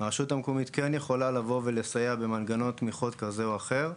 הרשות המקומית כן יכולה לבוא ולסייע במנגנון תמיכות כזה או אחר.